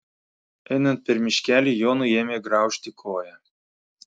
einant per miškelį jonui ėmė graužti koją